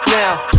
now